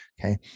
Okay